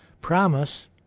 promise